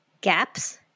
gaps